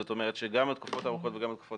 זאת אומרת שגם התקופות הארוכות וגם התקופות